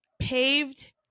Paved